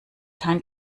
kein